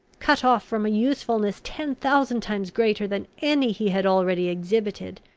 cut off from a usefulness ten thousand times greater than any he had already exhibited!